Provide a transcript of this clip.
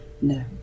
No